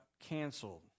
canceled